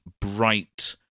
bright